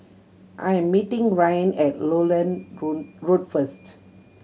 I am meeting Ryne at Lowland Road first